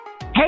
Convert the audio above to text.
Hey